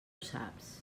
saps